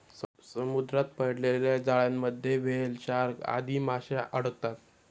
समुद्रात पडलेल्या जाळ्यांमध्ये व्हेल, शार्क आदी माशे अडकतात